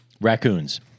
raccoons